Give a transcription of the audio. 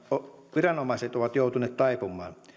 viranomaiset ovat joutuneet taipumaan